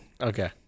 Okay